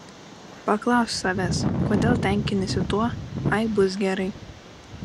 paklausk savęs kodėl tenkiniesi tuo ai bus gerai